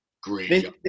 great